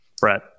Brett